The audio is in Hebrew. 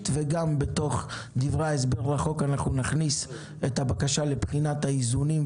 וגם בתוך דברי ההסבר בחוק אנחנו נכניס את הבקשה לאיזונים,